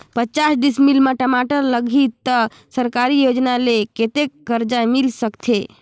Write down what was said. पचास डिसमिल मा टमाटर लगही त सरकारी योजना ले कतेक कर्जा मिल सकथे?